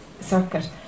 circuit